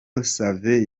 yasavye